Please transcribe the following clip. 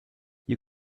you